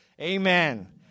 Amen